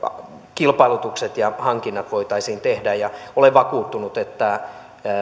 kilpailutukset ja hankinnat voitaisiin niin tehdä olen vakuuttunut että